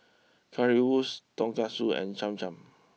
Currywurst Tonkatsu and Cham Cham